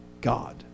God